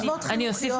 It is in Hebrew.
מה שאתם רוצים,